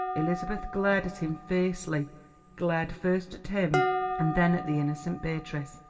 elizabeth glared at him fiercely glared first at him and then at the innocent beatrice.